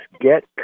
get